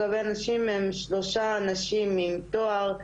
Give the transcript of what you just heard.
לגבי הנשים הן שלוש נשים עם תואר,